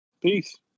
Peace